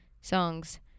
songs